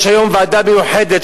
יש היום ועדה מיוחדת,